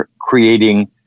creating